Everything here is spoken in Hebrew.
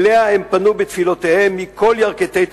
אליה הם פנו בתפילותיהם מכל ירכתי תבל,